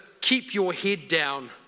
keep-your-head-down